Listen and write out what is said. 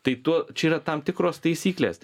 tai tuo čia yra tam tikros taisyklės